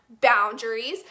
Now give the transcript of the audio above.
boundaries